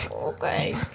Okay